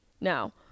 now